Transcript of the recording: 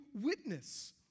witness